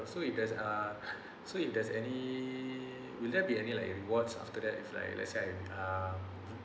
so it does uh so it does any will that be any like a reward after that if like let's say I uh